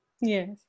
Yes